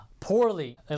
poorly